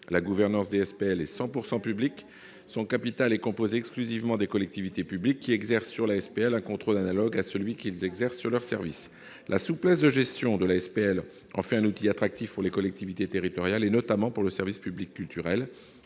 La gouvernance des SPL est publique à 100 %. L'actionnariat de ces sociétés est composé exclusivement des collectivités publiques, lesquelles exercent sur la SPL un contrôle analogue à celui que celle-ci exerce sur leurs services. La souplesse de gestion de la SPL en fait un outil attractif pour les collectivités territoriales, notamment pour le service public culturel.